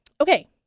Okay